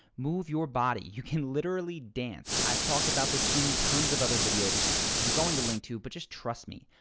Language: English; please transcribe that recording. move your body. you can literally dance. i've talked about this in tons of other videos which i'm going to link too but just trust me,